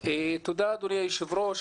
תודה, אדוני היושב-ראש.